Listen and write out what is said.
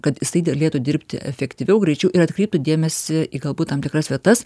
kad jisai galėtų dirbti efektyviau greičiau ir atkreiptų dėmesį į galbūt tam tikras vietas